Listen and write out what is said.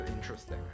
interesting